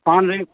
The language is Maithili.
धान रोपि